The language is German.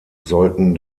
sollten